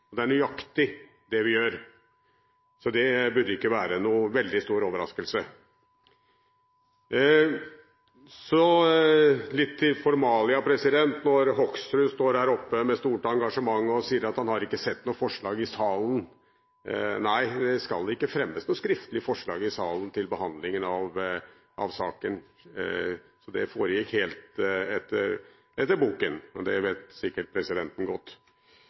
Det er nøyaktig det vi gjør, så det burde ikke være noen veldig stor overraskelse. Så litt til formalia: Hoksrud står her oppe med stort engasjement og sier at han ikke har sett noe forslag i salen. Nei, det skal ikke fremmes noe skriftlig forslag i salen til behandlingen av saken, så det foregikk helt etter boken. Men det vet sikkert presidenten godt.